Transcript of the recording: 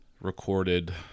recorded